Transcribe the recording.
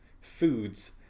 foods